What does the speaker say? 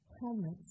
helmets